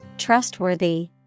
Trustworthy